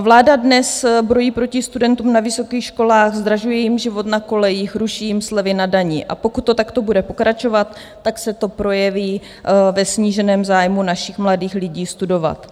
Vláda dnes brojí proti studentům na vysokých školách, zdražuje jim život na kolejích, ruší jim slevy na dani, a pokud to takto bude pokračovat, tak se to projeví ve sníženém zájmu našich mladých lidí studovat.